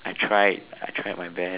I tried I tried my best